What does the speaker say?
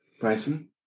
Bryson